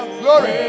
glory